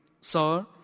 Sir